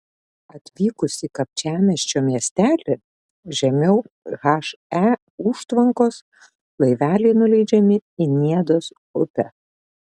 atvykus į kapčiamiesčio miestelį žemiau he užtvankos laiveliai nuleidžiami į niedos upę